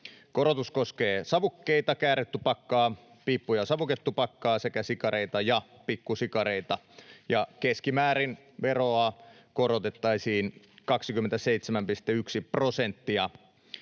Korotus koskee savukkeita, kääretupakkaa, piippu- ja savuketupakkaa sekä sikareita ja pikkusikareita, ja keskimäärin veroa korotettaisiin 27,1 prosenttia.